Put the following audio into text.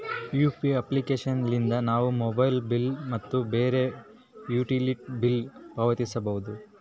UPI application ಲಿದ್ದ ನಾವು mobile bill ಮತ್ತು ಬ್ಯಾರೆ ಯುಟಿಲಿಟಿ ಬಿಲ್ ಪಾವತಿಸಬೋದು